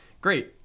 Great